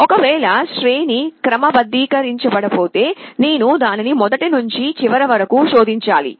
ఒకవేళ శ్రేణి క్రమబద్ధీకరించబడకపోతే నేను దానిని మొదటి నుండి చివరి వరకు శోధించాలి